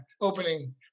opening